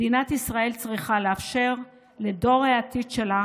מדינת ישראל צריכה לאפשר לדור העתיד שלה